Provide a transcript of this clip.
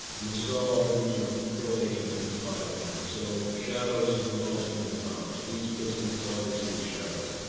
and this is all remembered correlating to the divided line. so shadows is the lowest form of knowledge. these prisoners it's all they see is shadows.